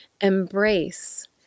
embrace